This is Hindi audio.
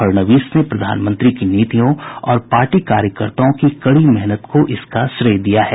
फडनवीस ने प्रधानमंत्री की नीतियों और पार्टी कार्यकर्ताओं की कड़ी मेहनत को इसका श्रेय दिया है